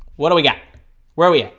what are we got where are we